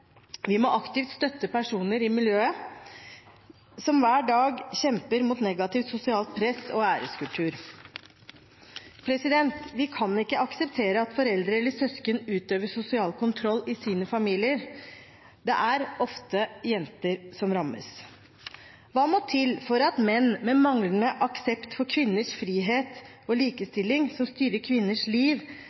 Vi må aktivt støtte personer i miljøet som hver dag kjemper mot negativt sosialt press og æreskultur. Vi kan ikke akseptere at foreldre eller søsken utøver sosial kontroll i sine familier. Det er ofte jenter som rammes. Hva må til for at menn med manglende aksept for kvinners frihet og likestilling, som styrer kvinners liv